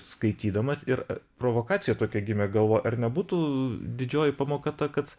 skaitydamas ir provokacija tokia gimė galvoj ar nebūtų didžioji pamoka ta kad